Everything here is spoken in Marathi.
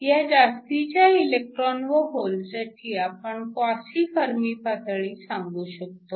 ह्या जास्तीच्या इलेक्ट्रॉन व होलसाठी आपण क्वासी फर्मी पातळी सांगू शकतो